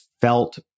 felt